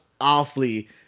awfully